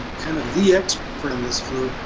kind of the expert on this flu,